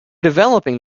developing